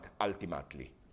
ultimately